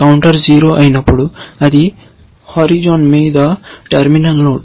counter 0 అయినప్పుడు అది horizon మీద టెర్మినల్ నోడ్